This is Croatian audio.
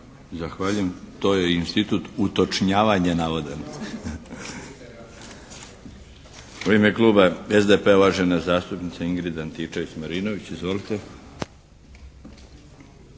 Zahvaljujem. To je institut utočnjavanja navoda. U ime Kluba SDP-a uvažena zastupnica Ingrid Antičević Marinović. Izvolite.